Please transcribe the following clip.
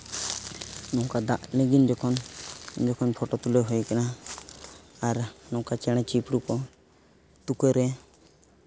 ᱱᱚᱝᱠᱟ ᱫᱟᱜ ᱞᱤᱸᱜᱤᱱ ᱡᱚᱠᱷᱚᱱ ᱩᱱ ᱡᱚᱠᱷᱚᱱ ᱯᱷᱳᱴᱳ ᱛᱩᱞᱟᱹᱣ ᱦᱩᱭ ᱠᱟᱱᱟ ᱟᱨ ᱱᱚᱝᱠᱟ ᱪᱮᱬᱮ ᱪᱤᱯᱨᱩ ᱠᱚ ᱛᱩᱠᱟᱹ ᱨᱮ